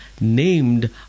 named